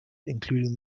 including